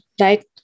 right